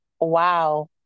wow